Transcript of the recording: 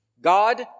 God